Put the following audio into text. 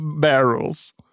barrels